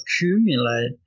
accumulate